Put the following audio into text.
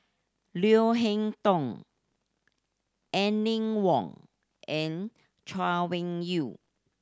Leo Hee Tong Aline Wong and Chay Weng Yew